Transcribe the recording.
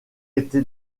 été